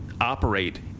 operate